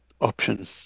option